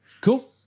Cool